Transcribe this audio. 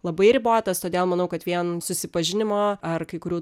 labai ribotas todėl manau kad vien susipažinimo ar kai kurių